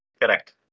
Correct